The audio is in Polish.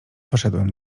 poszedłem